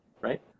right